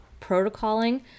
protocoling